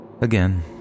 Again